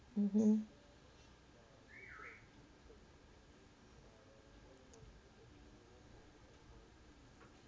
mmhmm